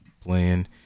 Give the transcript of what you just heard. playing